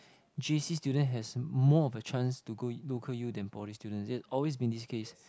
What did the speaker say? j_c student has more of a chance to go local U than poly student it has always been this case